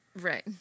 Right